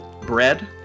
bread